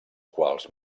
quals